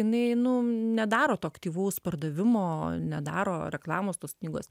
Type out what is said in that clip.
jinai nu nedaro to aktyvaus pardavimo nedaro reklamos tos knygos